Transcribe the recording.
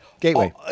gateway